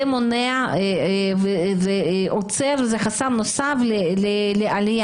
זה עוצר, זה חסם נוסף לעלייה.